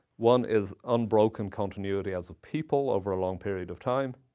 one is unbroken continuity as a people over a long period of time,